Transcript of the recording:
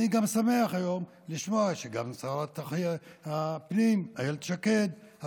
אני גם שמח לשמוע היום שגם שרת הפנים אילת שקד,